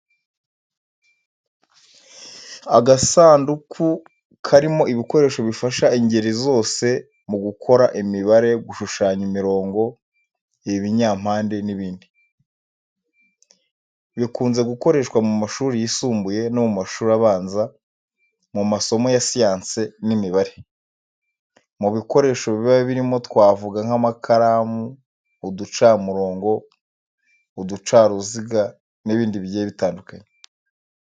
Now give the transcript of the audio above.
Agasanduku karimo ibikoresho bifasha ingeri zose mu gukora imibare, gushushanya imirongo, ibinyampande n’ibindi. Bikunze gukoreshwa mu mashuri yisumbuye no mu mashuri abanza mu masomo ya siyansi n'imibare. Mu bikoresho biba birimo twavuga nk’amakaramu, uducamurongo, uducaruziga n’ibindi bigiye bitandukanye.